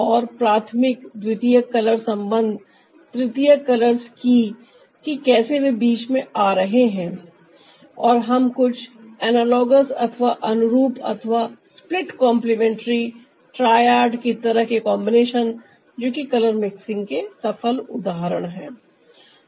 और प्राथमिक द्वितीयक कलर संबंध तृतीयक कलर्स की कि कैसे वे बीच में आ रहे है और हम कुछ आनलोगोस अथवा अनुरूप अथवा स्प्लिट कंपलिमेंतरी त्रियाद तरह के कॉम्बिनेशन जो कि कलर मिक्सिंग के सफल उदाहरण हैं